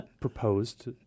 proposed